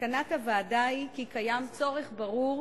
מסקנת הוועדה היא כי קיים צורך ברור